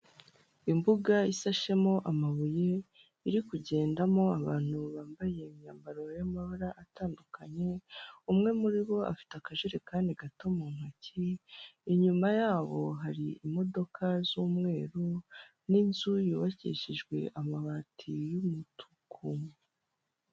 Imbuga isashemo amabuye iri kugendamo abantu bambaye imyambaro y'amabara atandukanye, umwe muri bo afite akajerekani gato mu ntoki, inyuma yabo hari imodoka z'umweru n'inzu yubakishijwe amabati y'umutuku.